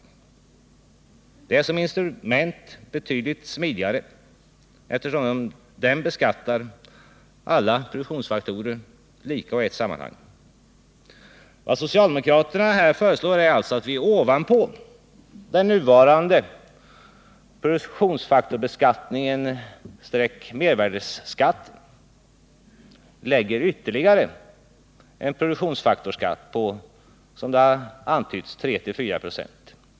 Mervärdeskatten är som instrument betydligt smidigare eftersom den beskattar alla produktionsfaktorer lika och i ett sammanhang. Vad socialdemokraterna föreslår är alltså att vi ovanpå den nuvarande produktionsfaktorsbeskattningen/mervärdeskatten lägger ytterligare en produktionsfaktorsskatt på, som det antytts, 3-4 96.